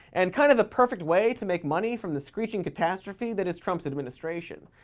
and kind of the perfect way to make money from the screeching catastrophe that is trump's administration.